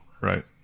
right